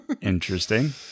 Interesting